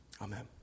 Amen